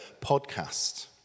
podcast